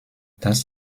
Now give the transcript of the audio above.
das